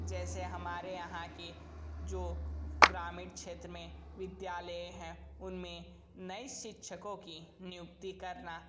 जैसे हमारे यहाँ के जो ग्रामीण क्षेत्र में विद्यालय हैं उनमें नयें शिक्षकों की नियुक्ति करना